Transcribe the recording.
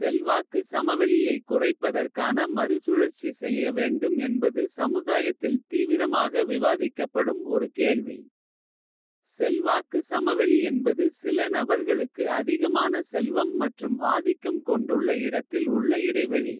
செல்வாக்கு சமவெளியை குறைப்பதற்கான மறுசுழற்சி செய்யv. வேண்டும் என்பது சமுதாயத்தில் தீவிரமாக. விவாதிக்கப்படும் ஒரு கேள்வி செல்வாக்கு சமவெளி. என்பது சில நபர்களுக்கு அதிகமான செல்வம் மற்றும். ஆதிக்கம் கொண்டுள்ள இடத்தில் உள்ள இடைவெளி.